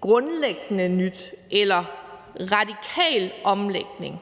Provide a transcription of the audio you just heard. grundlæggende nyt eller en radikal omlægning,